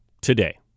today